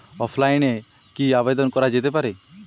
অফলাইনে কি আবেদন করা যেতে পারে?